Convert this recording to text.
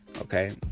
Okay